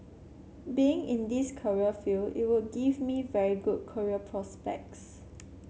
being in this career field it would give me very good career prospects